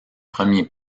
premiers